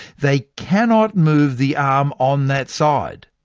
they cannot move the arm on that side.